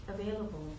available